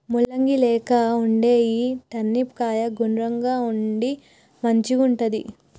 ముల్లంగి లెక్క వుండే ఈ టర్నిప్ కాయ గుండ్రంగా ఉండి మంచిగుంటది